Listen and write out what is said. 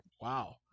Wow